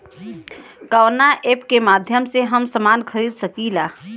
कवना ऐपके माध्यम से हम समान खरीद सकीला?